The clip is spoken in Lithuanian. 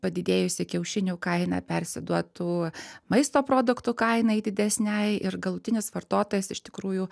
padidėjusi kiaušinių kaina persiduotų maisto produktų kainai didesnei ir galutinis vartotojas iš tikrųjų